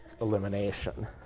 elimination